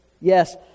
yes